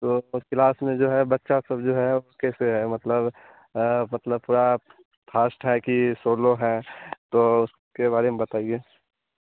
तो उस क्लास में जो है बच्चा सब जो है वह कैसे है मतलब मतलब पूरा फास्ट है की सोलो है तो उसके बारे में बताइए